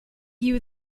you